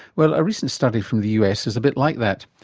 well, a recent study from the us is a bit like that.